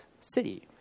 city